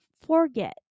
forget